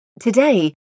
Today